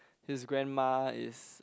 his grandma is